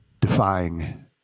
defying